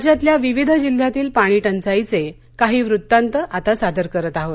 राज्यातल्या विविध जिल्ह्यातील पाणी टंचाईचे काही वृत्तांत आता सादर करीत आहोत